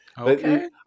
Okay